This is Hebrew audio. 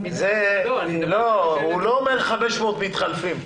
הוא לא אומר 500 מתחלפים.